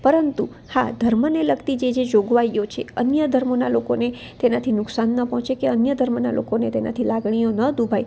પરંતુ હા ધર્મને લગતી જે જે જોગવાઈઓ છે અન્ય ધર્મના લોકોને તેનાથી નુકસાન ન પહોંચે કે કે અન્ય ધર્મના લોકોને તેનાથી લાગણીઓ ન દુભાય